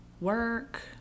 work